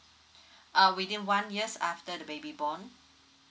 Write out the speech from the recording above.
uh within one years after the baby born